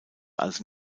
also